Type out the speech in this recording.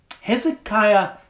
Hezekiah